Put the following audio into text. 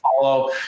follow